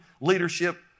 leadership